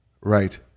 Right